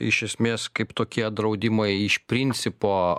iš esmės kaip tokie draudimai iš principo